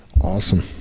Awesome